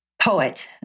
poet